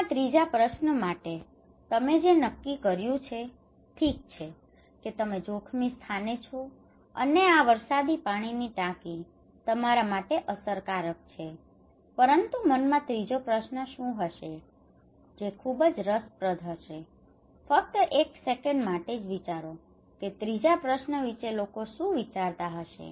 મનમાં ત્રીજા પ્રશ્ન માટે તમે જે નક્કી કર્યું છે ઠીક છે કે તમે જોખમી સ્થાને છો અને આ વરસાદી પાણીની ટાંકી તમારા માટે અસરકારક છે પરંતુ મનમાં ત્રીજો પ્રશ્ન શું હશે જે ખૂબ જ રસપ્રદ હશે ફક્ત એક સેકન્ડ માટે જ વિચારો કે ત્રીજા પ્રશ્ન વિશે લોકો શું વિચારતા હશે